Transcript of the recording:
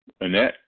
Annette